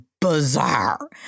bizarre